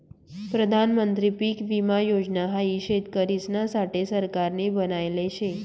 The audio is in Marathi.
प्रधानमंत्री पीक विमा योजना हाई शेतकरिसना साठे सरकारनी बनायले शे